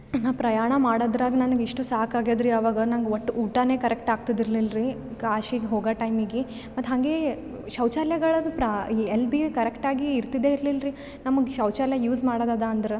ಇನ್ನು ಪ್ರಯಾಣ ಮಾಡೋದ್ರಾಗೆ ನನ್ಗೆ ಇಷ್ಟು ಸಾಕು ಆಗ್ಯಾದ ರೀ ಆವಾಗ ನಂಗೆ ಒಟ್ಟು ಊಟ ಕರೆಕ್ಟ್ ಆಗ್ತಿದಿರ್ಲಿಲ್ಲ ರೀ ಕಾಶಿಗೆ ಹೋಗೋ ಟೈಮಿಗೆ ಮತ್ತು ಹಂಗೇ ಶೌಚಾಲಯಗಳದ್ದು ಪ್ರಾ ಈ ಎಲ್ಲಿ ಬಿ ಕರೆಕ್ಟ್ ಆಗಿ ಇರ್ತಿದ್ದೆ ಇರಲಿಲ್ಲ ರೀ ನಮ್ಗೆ ಶೌಚಾಲಯ ಯೂಸ್ ಮಾಡೋದ್ ಅದು ಅಂದ್ರೆ